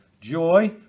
joy